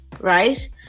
right